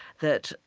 that,